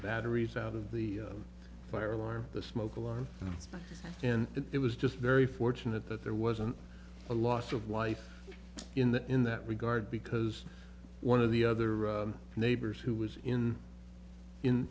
batteries out of the fire alarm the smoke alarm and it was just very fortunate that there wasn't a loss of life in that in that regard because one of the other neighbors who was in in